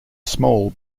small